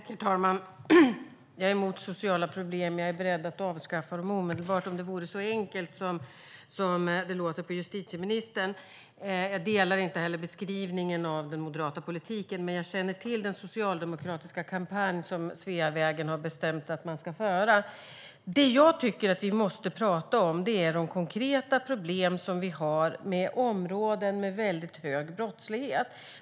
Herr talman! Jag är emot sociala problem. Jag skulle vara beredd att avskaffa dem omedelbart om det var så enkelt som det låter på justitieministern. Jag instämmer inte i beskrivningen av den moderata politiken, men jag känner till den socialdemokratiska kampanj Sveavägen har bestämt att man ska föra. Det jag tycker att vi måste prata om är de konkreta problem vi har med områden som har väldigt hög brottslighet.